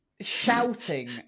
shouting